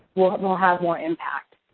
we'll have more impact.